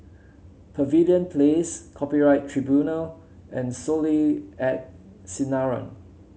Pavilion Place Copyright Tribunal and Soleil and Sinaran